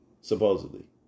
supposedly